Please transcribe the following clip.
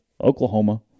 Oklahoma